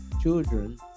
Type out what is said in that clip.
children